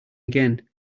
again